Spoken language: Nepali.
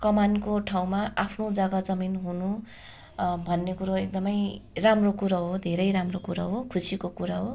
कमानको ठाउँमा आफ्नो जग्गा जमिन हुनु भन्ने कुरो एकदमै राम्रो कुरो हो धेरै राम्रो कुरो हो खुसीको कुरो हो